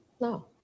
no